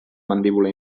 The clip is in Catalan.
mandíbula